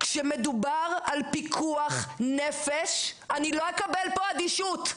כשמדובר על פיקוח נפש אני לא אקבל פה אדישות,